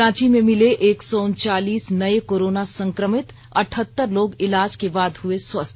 रांची में मिले एक सौ उनचालीस नए कोरोना संकमित अठहत्तर लोग इलाज के बाद हुए स्वस्थ